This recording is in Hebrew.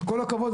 וכל הכבוד,